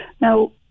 Now